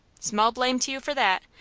small blame to you for that.